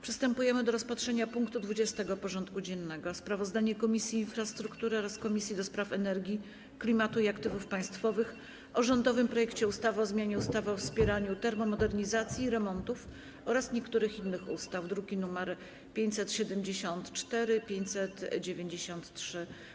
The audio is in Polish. Przystępujemy do rozpatrzenia punktu 20. porządku dziennego: Sprawozdanie Komisji Infrastruktury oraz Komisji do Spraw Energii, Klimatu i Aktywów Państwowych o rządowym projekcie ustawy o zmianie ustawy o wspieraniu termomodernizacji i remontów oraz niektórych innych ustaw (druki nr 574 i 593)